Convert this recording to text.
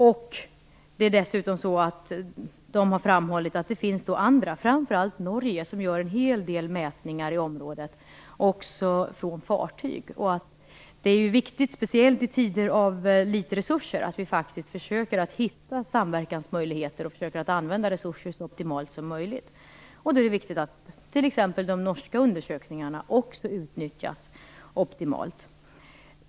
Man har dessutom framhållit att det finns andra, framför allt Norge, som gör en hel del mätningar i området, också från fartyg, och att det är viktigt, speciellt i tider med knappa resurser, att vi faktiskt försöker att hitta samverkansmöjligheter och försöker att använda resurser så optimalt som möjligt. Då är det viktigt att t.ex. de norska undersökningarna också utnyttjas optimalt.